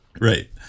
Right